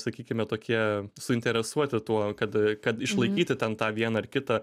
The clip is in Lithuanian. sakykime tokie suinteresuoti tuo kad kad išlaikyti ten tą vieną ar kitą